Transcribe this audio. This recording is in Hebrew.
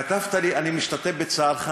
כתבת לי: אני משתתף בצערך,